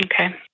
Okay